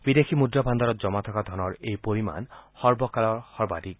বিদেশী মুদ্ৰা ভাণ্ডাৰত জমা থকা ধনৰ এই পৰিমাণ সৰ্বকালৰ সৰ্বাধিক